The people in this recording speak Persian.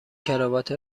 کراوات